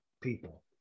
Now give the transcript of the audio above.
people